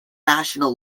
national